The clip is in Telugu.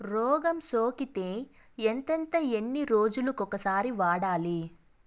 రోగం సోకితే ఎంతెంత ఎన్ని రోజులు కొక సారి వాడాలి?